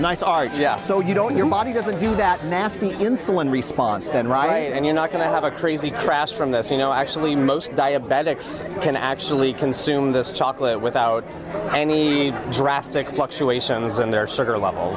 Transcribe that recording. nice are just so you don't your body doesn't do that nasty insulin response then right and you're not going to have a crazy crash from this you know actually most diabetics can actually consume this chocolate without any drastic fluctuations in their sugar level